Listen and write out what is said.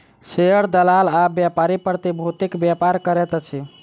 share दलाल आ व्यापारी प्रतिभूतिक व्यापार करैत अछि